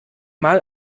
mal